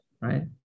right